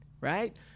right